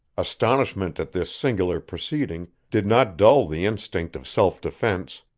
astonishment at this singular proceeding did not dull the instinct of self-defense.